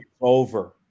Over